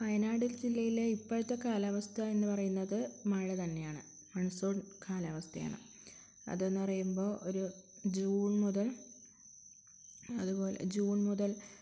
വയനാട് ജില്ലയിലെ ഇപ്പോഴത്തെ കാലാവസ്ഥയെന്ന് പറയുന്നത് മഴ തന്നെയാണ് മൺസൂൺ കാലാവസ്ഥയാണ് അതെന്ന് പറയുമ്പോള് ഒരു ജൂൺ മുതൽ ജൂൺ മുതൽ